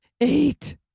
Eight